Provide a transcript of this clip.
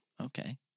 Okay